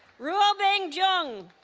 ruobing zhang